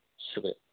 شکریہ